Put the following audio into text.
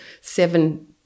seven